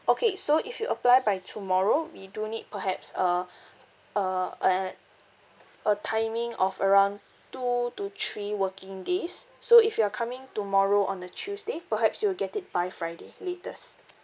okay so if you apply by tomorrow we do need perhaps uh uh uh uh a timing of around two to three working days so if you are coming tomorrow on a tuesday perhaps you would get it by friday latest